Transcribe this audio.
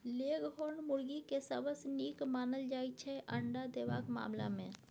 leghorn मुरगी केँ सबसँ नीक मानल जाइ छै अंडा देबाक मामला मे